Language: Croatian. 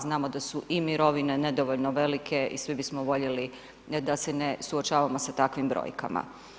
Znamo da su i mirovine nedovoljno velike i svi bismo voljeli da se ne suočavao sa takvim brojkama.